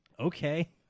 Okay